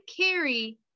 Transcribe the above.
carry